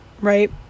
right